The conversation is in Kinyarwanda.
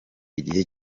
igihe